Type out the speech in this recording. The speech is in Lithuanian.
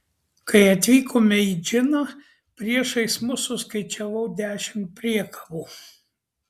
kai atvykome į džiną priešais mus suskaičiavau dešimt priekabų